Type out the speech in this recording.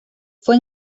fue